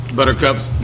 Buttercups